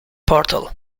portal